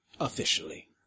Officially